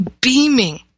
beaming